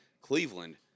Cleveland